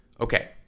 okay